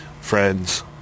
friends